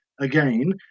Again